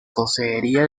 consejería